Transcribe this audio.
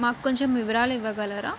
మా కొంచెం వివరాలివ్వగలరా